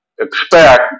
expect